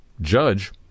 judge